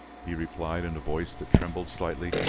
he replied, in a voice that trembled slightly,